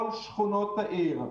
כל שכונות העיר,